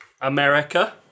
America